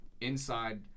inside